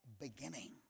beginning